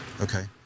Okay